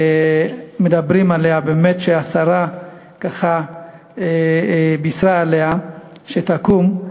שמדברים עליה, שהשרה בישרה שתקום,